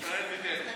ישראל ביתנו.